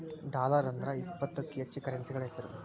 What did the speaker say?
dollar ಅಂದ್ರ ಇಪ್ಪತ್ತಕ್ಕೂ ಹೆಚ್ಚ ಕರೆನ್ಸಿಗಳ ಹೆಸ್ರು